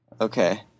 Okay